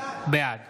בעד